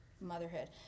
motherhood